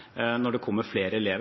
elever,